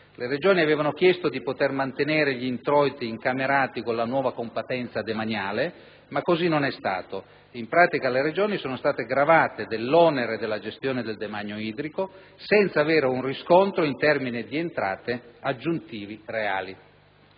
Le Regioni avevano chiesto di poter mantenere gli introiti incamerati con la nuova competenza demaniale, ma così non è stato. In pratica, le Regioni sono state gravate dell'onere della gestione del demanio idrico senza avere un riscontro in termini di entrate aggiuntive reali.